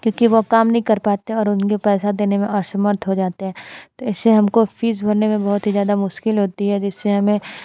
क्योंकि वो काम नहीं कर पाते और उनके पैसा देने में असमर्थ हो जाते हैं तो ऐसे हमको फीस भरने में बहुत ही ज़्यादा मुश्किल होती है जिससे हमें